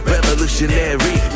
Revolutionary